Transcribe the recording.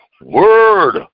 Word